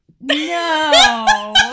no